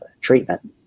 treatment